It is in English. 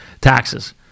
taxes